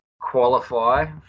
qualify